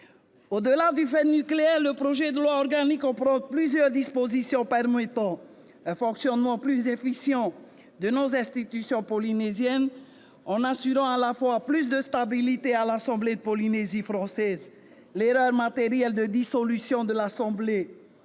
Au-delà du fait nucléaire, le projet de loi organique comprend plusieurs dispositions permettant un fonctionnement plus efficient de nos institutions polynésiennes. Il assure non seulement davantage de stabilité à l'assemblée de la Polynésie française- l'erreur « matérielle » de dissolution de l'assemblée,